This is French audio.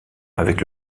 avec